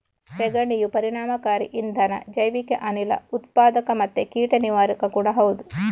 ಸೆಗಣಿಯು ಪರಿಣಾಮಕಾರಿ ಇಂಧನ, ಜೈವಿಕ ಅನಿಲ ಉತ್ಪಾದಕ ಮತ್ತೆ ಕೀಟ ನಿವಾರಕ ಕೂಡಾ ಹೌದು